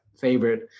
favorite